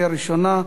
נתקבלה.